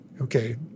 okay